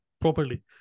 properly